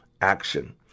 action